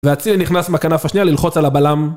ואציל נכנס מהכנף השנייה ללחוץ על הבלם